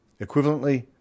Equivalently